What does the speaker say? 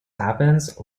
happens